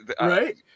Right